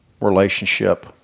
relationship